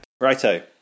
Righto